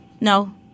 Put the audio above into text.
No